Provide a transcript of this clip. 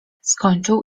skończył